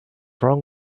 wrong